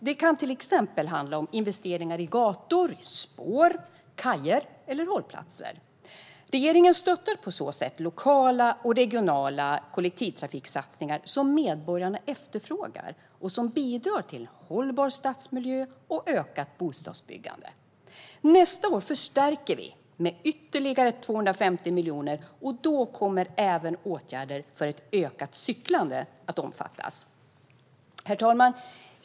Det kan till exempel handla om investeringar i gator, spår, kajer eller hållplatser. Regeringen stöttar på så sätt lokala och regionala kollektivtrafiksatsningar som medborgarna efterfrågar och som bidrar till en hållbar stadsmiljö och ökat bostadsbyggande. Nästa år förstärker vi med ytterligare 250 miljoner kronor, och då kommer även åtgärder för ett ökat cyklande att omfattas. Herr talman!